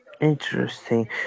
Interesting